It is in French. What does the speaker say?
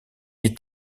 est